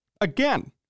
Again